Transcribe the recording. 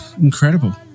incredible